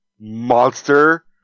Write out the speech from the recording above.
monster